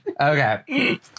Okay